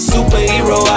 Superhero